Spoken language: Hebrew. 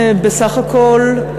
בסך הכול,